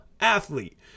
athlete